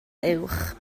uwch